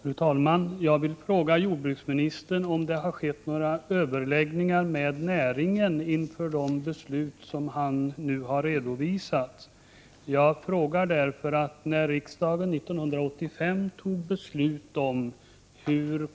Fru talman! Jag vill fråga jordbruksministern om det har skett några överläggningar med näringen inför de beslut han nu har redovisat. Jag frågar det därför att när riksdagen 1985 fattade beslut om hur kostnaden för Prot.